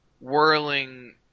whirling